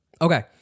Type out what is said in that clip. Okay